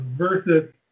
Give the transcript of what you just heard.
Versus